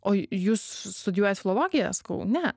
o jūs studijuojat filologiją sakau ne